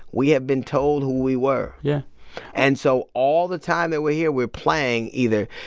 we have been told who we were yeah and so all the time that we're here, we're playing either,